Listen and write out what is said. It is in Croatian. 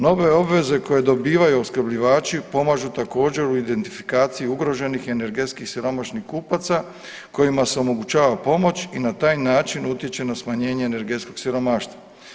Nove obveze koje dobivaju opskrbljivači pomažu također u identifikaciji ugroženih energetski siromašnih kupaca kojima se omogućava pomoć i na taj način utječe na smanjenje energetskog siromaštva.